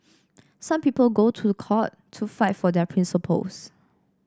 some people go to court to fight for their principles